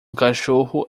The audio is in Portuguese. cachorro